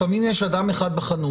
לפעמים יש אדם אחד בחנות.